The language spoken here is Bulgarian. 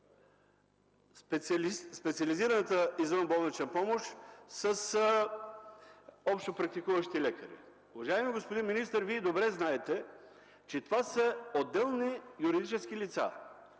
специализираната извънболнична помощ с общопрактикуващите лекари. Уважаеми господин министър, Вие добре знаете, че това са отделни юридически лица.